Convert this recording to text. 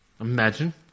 Imagine